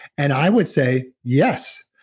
and i would say, yes,